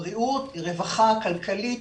בריאות היא רווחה כלכלית,